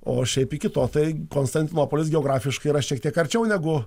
o šiaip iki to tai konstantinopolis geografiškai yra šiek tiek arčiau negu